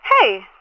Hey